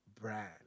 brand